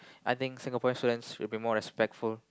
I think Singaporean students should be more respectful